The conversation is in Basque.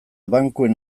bankuen